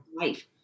life